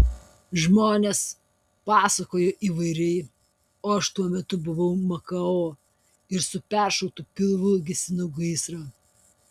žmonės pasakojo įvairiai o aš tuo metu buvau makao ir su peršautu pilvu gesinau gaisrą